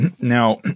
Now